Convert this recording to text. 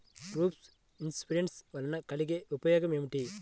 Group insurance వలన కలిగే ఉపయోగమేమిటీ?